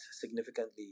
significantly